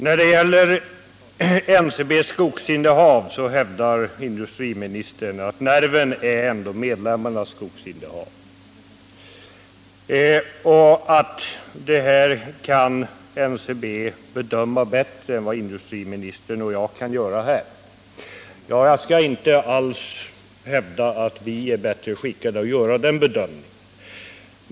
När det gäller NCB:s skogsinnehav hävdar industriministern att nerven är medlemmarnas skogsinnehav och att NCB kan bedöma den saken bättre än industriministern och jag kan göra här. Ja, jag skall inte alls hävda att vi är bättre skickade att göra den bedömningen.